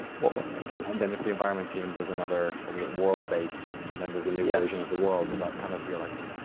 what we're making. and then if the environment team does another, what was it? world bake, and then does a new version of the world, does that kind of, you're like oh,